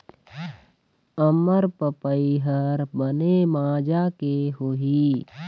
अरमपपई हर बने माजा के होही?